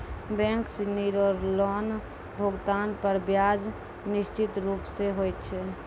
bank सिनी रो loan भुगतान पर ब्याज निश्चित रूप स होय छै